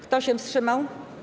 Kto się wstrzymał?